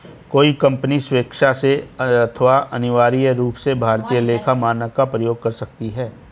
कोई कंपनी स्वेक्षा से अथवा अनिवार्य रूप से भारतीय लेखा मानक का प्रयोग कर सकती है